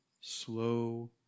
slow